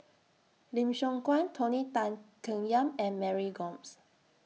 Lim Siong Guan Tony Tan Keng Yam and Mary Gomes